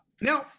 now